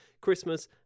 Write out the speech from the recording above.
Christmas